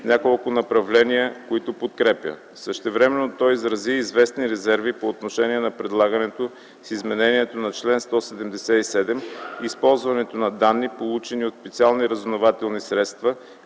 няколко направления, които подкрепя. Същевременно той изрази известни резерви по отношение на предлаганото с изменението на чл. 177 използване на данни, получени от специални разузнавателни средства